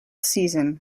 season